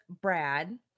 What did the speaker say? Brad